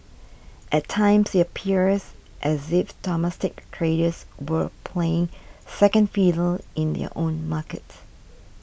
at times it appears as if domestic traders were playing second fiddle in their own market